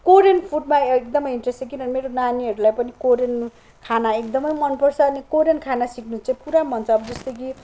Korean फुडमा एकदमै interest छ किनभने नानीहरूलाई पनि कोरियन खाना एकदमै मन पर्छ अनि कोरियन खाना सिक्नु चाहिँ पुरा मन छ किनभने जस्तो कि